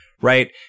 right